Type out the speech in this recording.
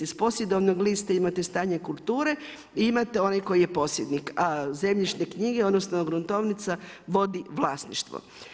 Iz posjedovnog lista imate stanje kulture i imate onog koji je posjednik, a zemljišne knjige, odnosno gruntovnica vodi vlasništvo.